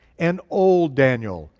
an old daniel,